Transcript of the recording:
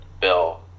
bill